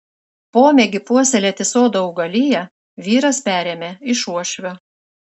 pomėgį puoselėti sodo augaliją vyras perėmė iš uošvio